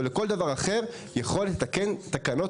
או לכל דבר אחר הוא יכול לתקן תקנות